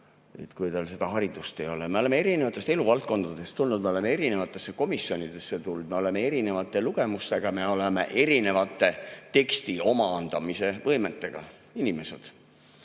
kui tal seda haridust ei ole. Me oleme erinevatest eluvaldkondadest tulnud, me oleme eri komisjonidesse tulnud, me oleme erineva lugemusega ja me oleme erineva teksti omandamise võimega inimesed.